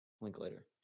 Linklater